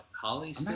Holly